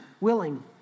willing